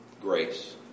grace